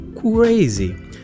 crazy